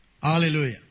Hallelujah